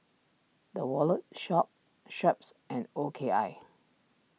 the Wallet Shop Schweppes and O K I